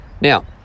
Now